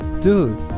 dude